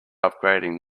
upgrading